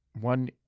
one